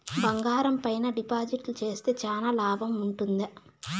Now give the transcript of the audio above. బంగారం పైన డిపాజిట్లు సేస్తే చానా లాభం ఉంటుందా?